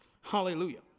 Hallelujah